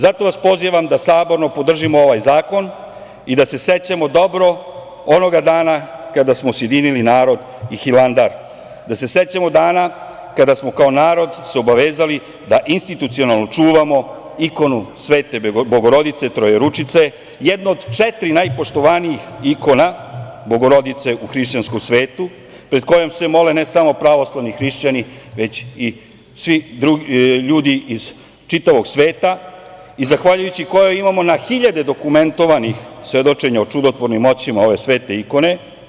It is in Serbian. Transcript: Zato vas pozivam da saborno podržimo ovaj zakon i da se sećamo dobro onoga dana kada smo sjedinili narod i Hilandar, da se sećamo dana kada smo se kao narod obavezali da institucionalno čuvamo ikonu Svete Bogorodice Trojeručice, jednu od četiri najpoštovanijih ikona Bogorodice u hrišćanskom svetu, pred kojom se mole ne samo pravoslavni hrišćani, već ljudi iz čitavog sveta i zahvaljujući kojoj imamo na hiljade dokumentovanih svedočenja o čudotvornim moćima ove svete ikone.